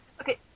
Okay